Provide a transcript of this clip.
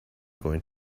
going